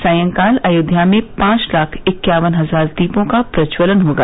सायंकाल अयोध्या में पांच लाख इक्यावन हजार दीपों का प्रज्जवलन होगा